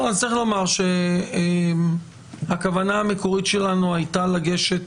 צריך לומר שהכוונה המקורית שלנו הייתה לגשת